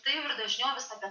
tai ir dažniau visada